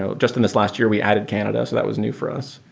ah just in this last year, we added canada. so that was new for us.